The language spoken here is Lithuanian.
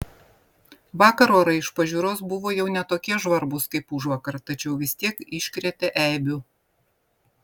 vakar orai iš pažiūros buvo jau ne tokie žvarbūs kaip užvakar tačiau vis tiek iškrėtė eibių